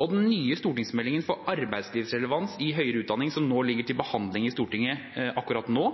Og den nye stortingsmeldingen for arbeidslivsrelevans i høyere utdanning som ligger til behandling i Stortinget akkurat nå,